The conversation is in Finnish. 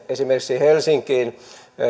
esimerkiksi helsinkiin tulee